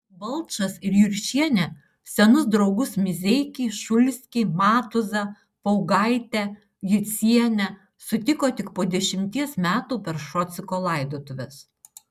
balčas ir juršienė senus draugus mizeikį šulskį matuzą paugaitę jucienę sutiko tik po dešimties metų per šociko laidotuves